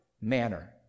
manner